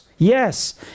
Yes